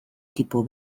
tipo